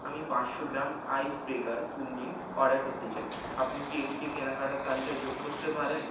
আমি পাঁচশো গ্রাম ice breaker cool mint order করতে চাই আপনি কি এটিকে কেনাকাটার তালিকায় যোগ করতে পারেন